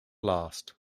last